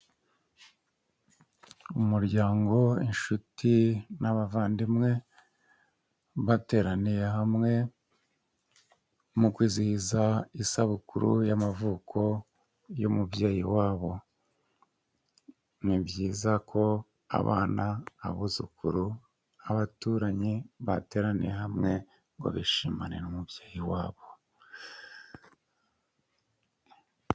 Umuryango, inshuti n'abavandimwe, bateraniye hamwe mu kwizihiza isabukuru y'amavuko y'umubyeyi wabo, ni byiza ko abana, abuzukuru, abaturanyi bateraniye hamwe, ngo bishimane n'umubyeyi wabo.